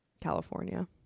California